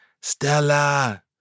Stella